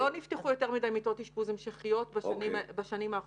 לא נפתחו יותר מדי מיטות אשפוז המשכיות בשנים האחרונות,